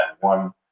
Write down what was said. one